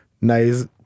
nice